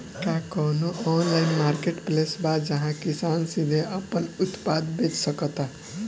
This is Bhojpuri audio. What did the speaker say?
का कोनो ऑनलाइन मार्केटप्लेस बा जहां किसान सीधे अपन उत्पाद बेच सकता?